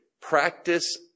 practice